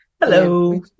Hello